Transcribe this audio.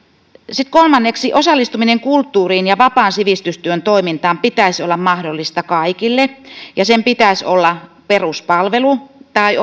sitten kolmanneksi osallistumisen kulttuuriin ja vapaan sivistystyön toimintaan pitäisi olla mahdollista kaikille ja sen pitäisi olla peruspalvelu tai